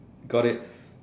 got it